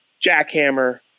jackhammer